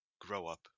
grow-up